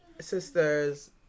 sister's